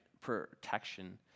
protection